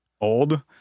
old